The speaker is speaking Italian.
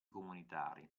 comunitari